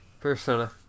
Persona